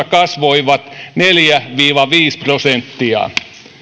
kasvoivat neljä viiva viisi prosenttia